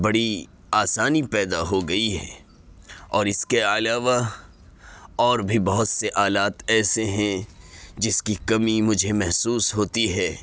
بڑی آسانی پیدا ہو گئی ہے اور اس کے علاوہ اور بھی بہت سے آلات ایسے ہیں جس کی کمی مجھے محسوس ہوتی ہے